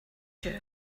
you